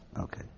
Okay